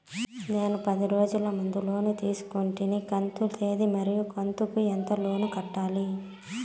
నేను పది రోజుల ముందు లోను తీసుకొంటిని కంతు తేది మరియు కంతు కు ఎంత లోను కట్టాలి?